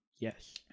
Yes